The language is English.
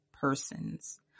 persons